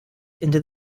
into